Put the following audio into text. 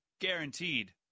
Guaranteed